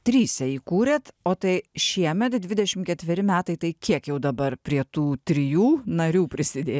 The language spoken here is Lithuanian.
tryse įkūrėt o tai šiemet dvidešim ketveri metai tai kiek jau dabar prie tų trijų narių prisidė